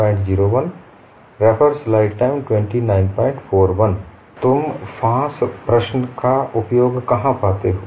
और तुम फाँस प्रश्न का उपयोग कहां पाते हो